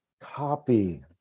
copy